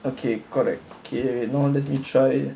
okay correct okay now let me try